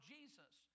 Jesus